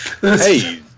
Hey